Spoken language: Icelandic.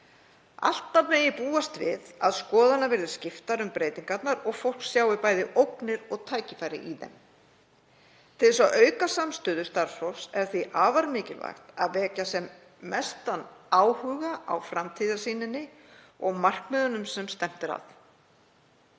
Alltaf megi búast við að skoðanir verði skiptar um breytingarnar og fólk sjái bæði ógnir og tækifæri í þeim. Til þess að auka samstöðu starfsfólks er því afar mikilvægt að vekja sem mestan áhuga á framtíðarsýninni og markmiðunum sem stefnt er að.